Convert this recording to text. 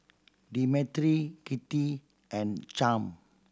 Demetri Kitty and Champ